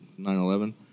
9-11